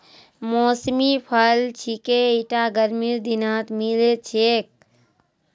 मौसमी फल छिके ईटा गर्मीर दिनत मिल छेक